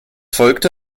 folgte